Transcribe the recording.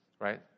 Right